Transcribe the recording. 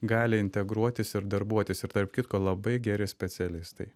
gali integruotis ir darbuotis ir tarp kitko labai geri specialistai